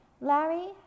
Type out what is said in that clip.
Larry